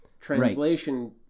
translation